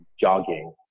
jogging